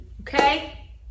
okay